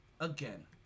again